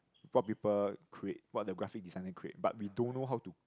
what people create what the graphic designer create but we don't know how to